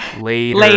later